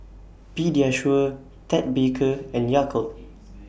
Pediasure Ted Baker and Yakult